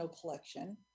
collection